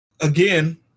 again